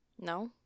No